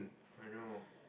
I know ah